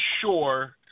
sure